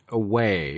away